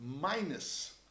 minus